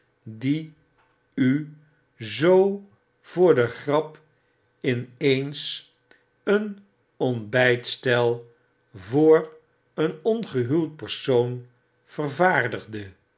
die u zoo voor de grap in eens een ontbytstel voor een ongehuwd persoon vervaardigde